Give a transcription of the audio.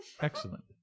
Excellent